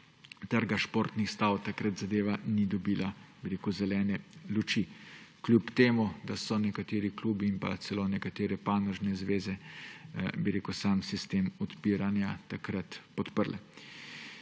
trga športnih stav takrat ni dobil zelene luči. Kljub temu da so nekateri klubi in celo nekatere panožne zveze sam sistem odpiranja takrat podprli.